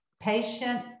patient